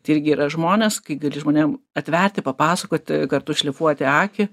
tai irgi yra žmonės kai gali žmonėm atverti papasakoti kartu šlifuoti akį